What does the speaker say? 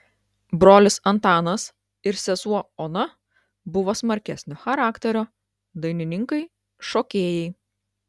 brolis antanas ir sesuo ona buvo smarkesnio charakterio dainininkai šokėjai